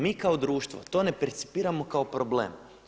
Mi kao društvo to ne percipiramo kao problem.